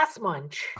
munch